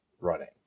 running